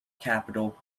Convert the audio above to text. capital